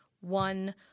one